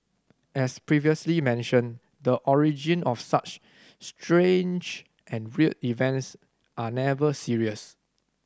as previously mentioned the origin of such strange and weird events are never serious